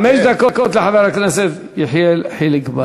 חמש דקות לחבר הכנסת יחיאל חיליק בר.